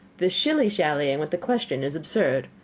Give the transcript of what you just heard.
this shilly-shallying with the question is absurd.